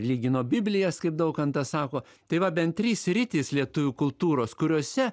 lygino biblijas kaip daukantas sako tai va bent trys sritys lietuvių kultūros kuriose